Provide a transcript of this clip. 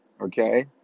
okay